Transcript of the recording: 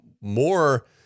more